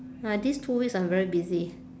my these two weeks I'm very busy